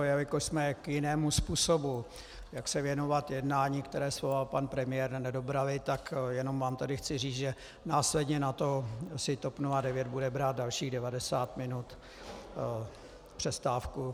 Jelikož jsme se k jinému způsobu, jak se věnovat jednání, které svolal pan premiér, nedobrali, tak jenom vám tady chci říct, že následně nato si TOP 09 bude brát dalších 90 minut přestávku.